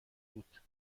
بود